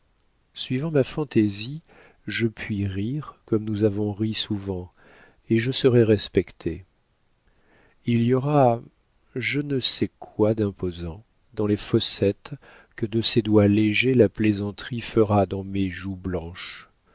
suivant ma fantaisie je puis rire comme nous avons ri souvent et je serai respectée il y aura je ne sais quoi d'imposant dans les fossettes que de ses doigts légers la plaisanterie fera dans mes joues blanches